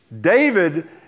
David